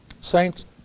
Saints